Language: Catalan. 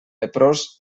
leprós